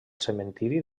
cementiri